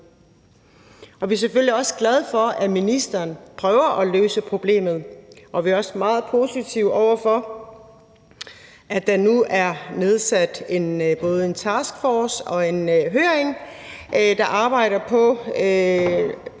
vi er selvfølgelig også glade for, at ministeren prøver at løse problemet, og vi er også meget positive over for, at der nu både er nedsat en taskforce og vil være en høring, og